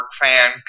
fan